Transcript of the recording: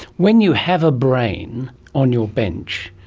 when you have a brain on your bench,